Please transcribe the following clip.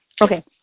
Okay